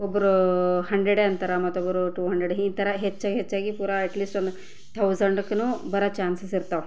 ಒಬ್ಬರು ಹಂಡ್ರೆಡೆ ಅಂತಾರೆ ಮತ್ತೊಬ್ಬರು ಟು ಹಂಡ್ರೆಡ್ ಈ ಥರ ಹೆಚ್ಚಾಗಿ ಹೆಚ್ಚಾಗಿ ಪೂರಾ ಅಟ್ಲೀಸ್ಟ್ ಥೌಸಂಡ್ಗೂ ಬರೋ ಚಾನ್ಸಸ್ ಇರ್ತಾವೆ